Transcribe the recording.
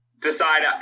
decide